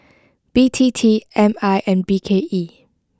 B T T M I and B K E